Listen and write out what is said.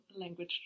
language